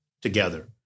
together